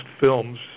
films